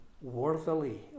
worthily